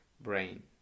brain